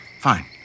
Fine